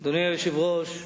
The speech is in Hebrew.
היושב-ראש,